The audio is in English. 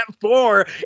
four